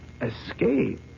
Escape